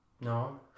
No